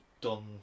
done